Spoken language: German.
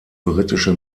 britische